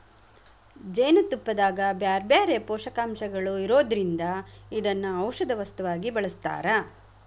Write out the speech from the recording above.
ಜೇನುತುಪ್ಪದಾಗ ಬ್ಯಾರ್ಬ್ಯಾರೇ ಪೋಷಕಾಂಶಗಳು ಇರೋದ್ರಿಂದ ಇದನ್ನ ಔಷದ ವಸ್ತುವಾಗಿ ಬಳಸ್ತಾರ